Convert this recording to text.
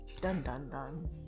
Dun-dun-dun